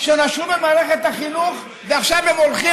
שנשרו ממערכת החינוך ועכשיו הם הולכים,